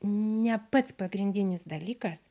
ne pats pagrindinis dalykas